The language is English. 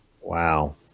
Wow